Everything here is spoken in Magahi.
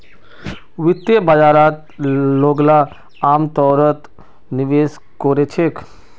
वित्तीय बाजारत लोगला अमतौरत निवेश कोरे छेक